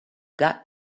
got